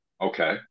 okay